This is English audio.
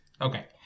Okay